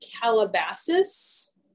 Calabasas